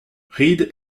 reed